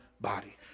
body